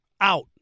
out